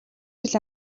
жил